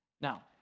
Now